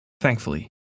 thankfully